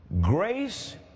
Grace